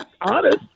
honest